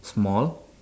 small